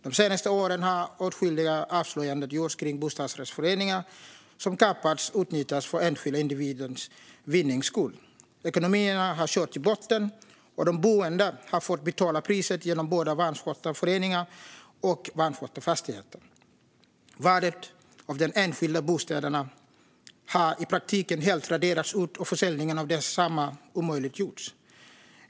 De senaste åren har åtskilliga avslöjanden gjorts kring bostadsrättsföreningar som kapats och utnyttjats för enskilda individers vinning. Ekonomin har körts i botten, och de boende har fått betala priset genom både vanskötta föreningar och vanskötta fastigheter. Värdet av de enskilda bostäderna har i praktiken helt raderats ut och försäljning av desamma omöjliggjorts.